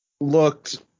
looked